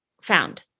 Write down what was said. found